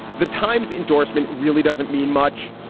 the times endorsement really doesn't mean much.